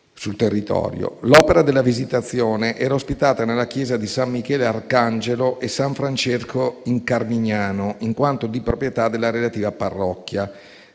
L'opera della Visitazione era ospitata nella chiesa di San Michele Arcangelo e San Francesco in Carmignano in quanto di proprietà della relativa parrocchia.